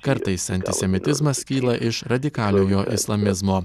kartais antisemitizmas kyla iš radikaliojo islamizmo